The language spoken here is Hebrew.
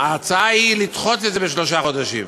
ההצעה היא לדחות את זה בשלושה חודשים.